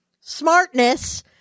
smartness